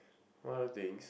one other things